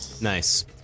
Nice